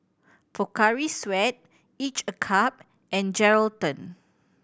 Pocari Sweat Each a Cup and Geraldton